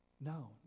No